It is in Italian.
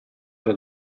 alla